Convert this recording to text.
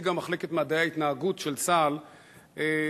הציגה מחלקת מדעי ההתנהגות של צה"ל מחקר.